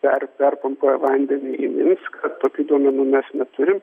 per perpumpuoja vandenį į minską tokių duomenų mes neturim